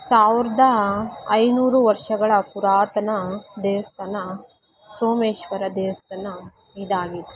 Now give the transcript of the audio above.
ಸಾವಿರದ ಐನೂರು ವರ್ಷಗಳ ಪುರಾತನ ದೇವಸ್ಥಾನ ಸೋಮೇಶ್ವರ ದೇವಸ್ಥಾನ ಇದಾಗಿದೆ